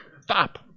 stop